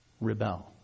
rebel